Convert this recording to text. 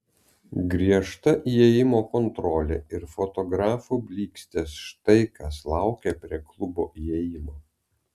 griežta įėjimo kontrolė ir fotografų blykstės štai kas laukė prie klubo įėjimo